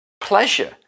pleasure